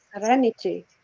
serenity